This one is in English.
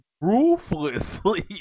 ruthlessly